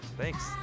thanks